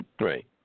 Right